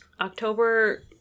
October